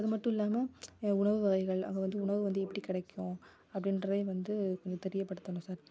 அது மட்டும் இல்லாமல் உணவு வகைகள் அங்கே வந்து உணவு வந்து எப்படி கிடைக்கும் அப்படின்றதையும் வந்து கொஞ்சம் தெரியப்படுத்தணும் சார்